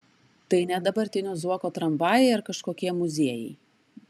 tai ne dabartinio zuoko tramvajai ar kažkokie muziejai